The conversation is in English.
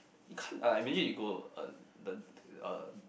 you can't uh imagine you go uh the uh